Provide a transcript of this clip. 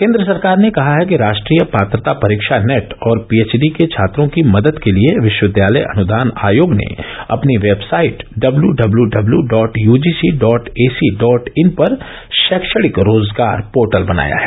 केन्द्र सरकार ने कहा है कि राष्ट्रीय पात्रता परीक्षा नेट और पीएचडी के छात्रों की मदद के लिए विश्वविद्यालय अनुदान आयोग ने अपनी website W W W dot UGC dot AC dot in पर शैक्षणिक रोजगार पोर्टेल बनाया है